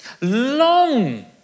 long